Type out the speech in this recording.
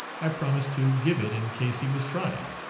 i promised to give it in case he was tried.